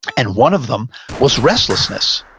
and one of them was restlessness.